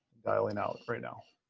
dialing out right now.